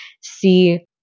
see